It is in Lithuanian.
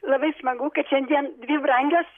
labai smagu kad šiandien dvi brangios